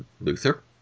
Luther